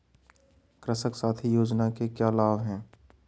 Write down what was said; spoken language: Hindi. कृषक साथी योजना के क्या लाभ हैं?